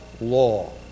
law